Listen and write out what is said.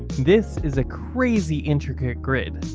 this is a crazy intricate grid!